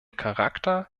charakter